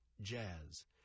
Jazz